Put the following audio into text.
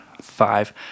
five